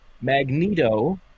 Magneto